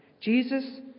Jesus